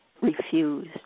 refused